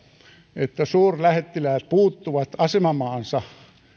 että suurlähettiläät puuttuvat asemamaansa